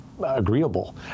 agreeable